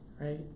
Right